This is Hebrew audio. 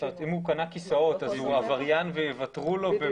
אם הוא קנה כיסאות הוא עבריין ויוותרו לו?